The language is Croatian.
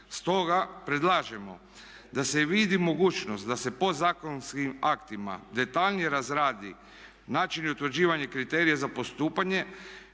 Stoga predlažemo da se vidi mogućnost da se podzakonskim aktima detaljnije razradi način i utvrđivanje kriterija za postupanje